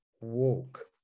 walk